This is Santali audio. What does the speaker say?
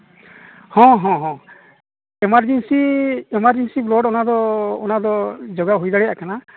ᱦᱚᱸ ᱦᱚᱸ ᱮᱢᱟᱨᱡᱮᱱᱥᱤ ᱮᱢᱟᱨᱡᱮᱱᱥᱤ ᱞᱳᱰ ᱚᱱᱟᱫᱚ ᱚᱱᱟᱫᱚ ᱡᱳᱜᱟᱣ ᱦᱩᱭ ᱫᱟᱲᱮᱭᱟᱜ ᱠᱟᱱᱟ